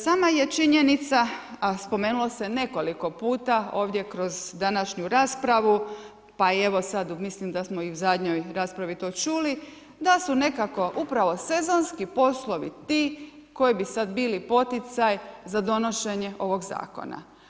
Sama je činjenica, a spomenulo se nekoliko puta ovdje kroz današnju raspravu pa evo mislim da smo i u zadnjoj raspravi to čuli da su nekako upravo sezonski poslovi ti koji bi sad bili poticaj za donošenje ovog zakona.